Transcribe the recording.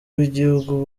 b’ibihugu